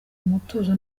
umutuzo